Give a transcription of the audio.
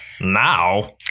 Now